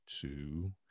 Two